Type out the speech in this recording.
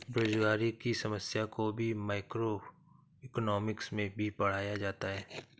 बेरोजगारी की समस्या को भी मैक्रोइकॉनॉमिक्स में ही पढ़ा जाता है